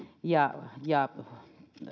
ja ja